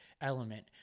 element